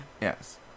Yes